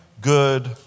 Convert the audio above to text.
good